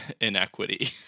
inequity